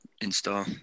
install